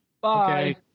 bye